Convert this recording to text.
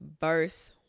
verse